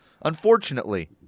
unfortunately